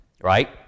Right